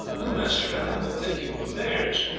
well, master guy, what think you of affairs?